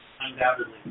undoubtedly